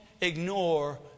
ignore